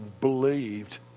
believed